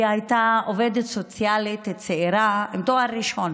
היא הייתה עובדת סוציאלית צעירה עם תואר ראשון.